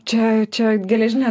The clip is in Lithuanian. čia čia geležinė